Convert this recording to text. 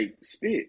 spit